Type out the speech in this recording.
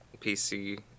PC